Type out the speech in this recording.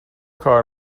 کار